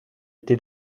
été